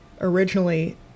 originally